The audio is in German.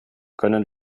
können